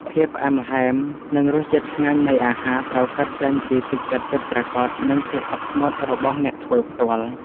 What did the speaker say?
ភាពផ្អែមល្ហែម និងរសជាតិឆ្ងាញ់នៃអាហារត្រូវកើតចេញពីទឹកចិត្តពិតប្រាកដ និងភាពអត់ធ្មត់របស់អ្នកធ្វើផ្ទាល់។